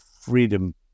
freedom